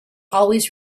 always